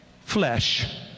flesh